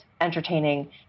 entertaining